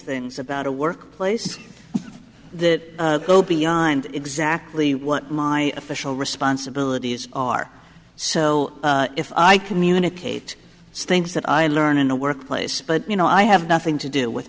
things about a workplace that go beyond exactly what my official responsibilities are so if i communicate things that i learn in a workplace but you know i have nothing to do with